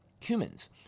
humans